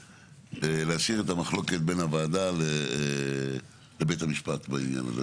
להשאיר את המחלוקת בין הוועדה לבית המשפט בעניין הזה,